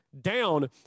down